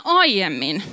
aiemmin